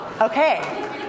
Okay